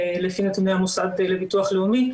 לפי נתוני המוסד לביטוח לאומי.